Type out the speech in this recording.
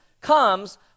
comes